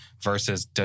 versus